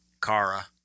Kara